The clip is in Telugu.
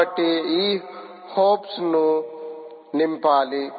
కాబట్టి ఈ హోప్స్ను నింపాలి